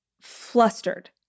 flustered